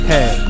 Hey